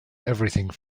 everything